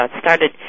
started